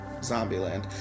Zombieland